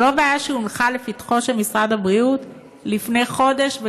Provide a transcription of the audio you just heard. זו לא בעיה שהונחה לפתחו של משרד הבריאות לפני חודש,